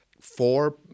four